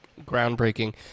groundbreaking